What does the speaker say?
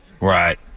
Right